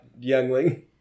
youngling